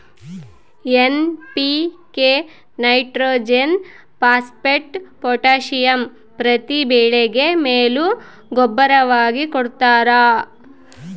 NPK nitrogen phosphate potassium ಪ್ರತಿ ಬೆಳೆಗೆ ಮೇಲು ಗೂಬ್ಬರವಾಗಿ ಕೊಡ್ತಾರ